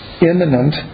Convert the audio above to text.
imminent